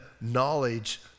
knowledge